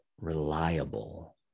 reliable